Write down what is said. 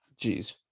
jeez